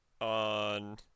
on